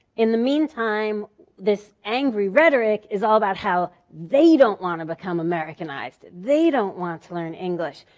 in the meantime this angry rhetoric is all about how they don't want to become americanized, they don't want to learn english.